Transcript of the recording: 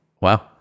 Wow